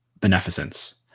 beneficence